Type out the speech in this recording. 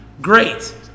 great